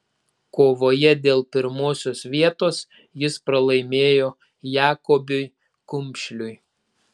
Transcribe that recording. kovoje dėl pirmosios vietos jis pralaimėjo jakobiui kumšliui